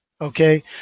okay